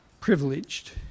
privileged